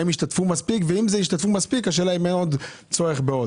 האם השתתפו מספיק, והאם אין צורך בעוד.